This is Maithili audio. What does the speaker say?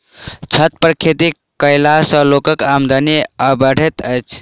छत पर खेती कयला सॅ लोकक आमदनी बढ़ैत छै